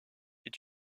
est